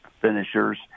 finishers